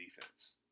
defense